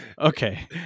Okay